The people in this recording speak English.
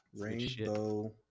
Rainbow